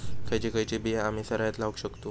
खयची खयची बिया आम्ही सरायत लावक शकतु?